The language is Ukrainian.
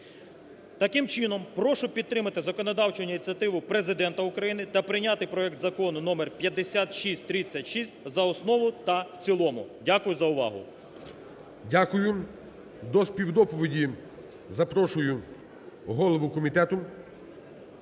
Таким чином, прошу підтримати законодавчу ініціативу Президента України та прийняти проект закону номер 5636 за основу та в цілому. Дякую за увагу. ГОЛОВУЮЧИЙ. Дякую. До співдоповіді запрошую голову комітету